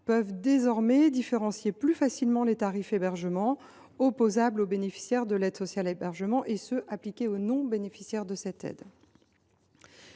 peuvent différencier plus facilement les tarifs « hébergement » opposables aux bénéficiaires de l’aide sociale à l’hébergement de ceux appliqués aux non bénéficiaires de cette aide.